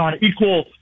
equal